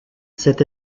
cette